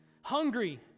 Hungry